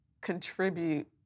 contribute